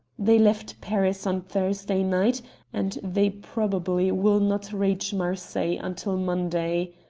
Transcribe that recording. they left paris on thursday night and they probably will not reach marseilles until monday.